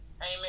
Amen